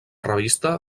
revista